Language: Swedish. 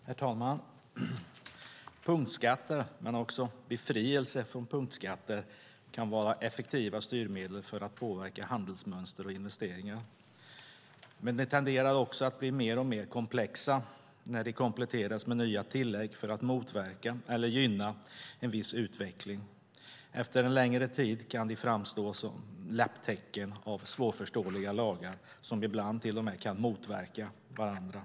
Herr talman! Punktskatter men också befrielse från punktskatter kan vara effektiva styrmedel för att påverka handelsmönster och investeringar. Men de tenderar också att bli mer och mer komplexa när de kompletteras med nya tillägg för att motverka eller gynna en viss utveckling. Efter en längre tid kan de framstå som lapptäcken av svårförståeliga lagar, som ibland till och med kan motverka varandra.